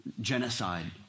genocide